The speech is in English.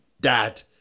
dad